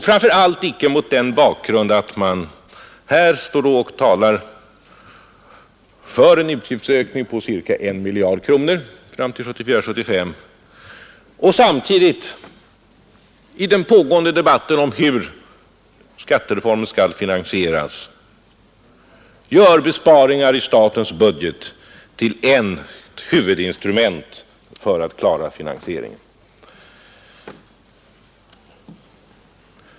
Framför allt tycker jag inte att man bör tala för en utgiftsökning på cirka en miljard fram till 1974/75 och samtidigt i den pågående debatten om hur skattereformen skall finansieras göra besparingar i statens budget till ett huvudinstrument för att klara finansieringen.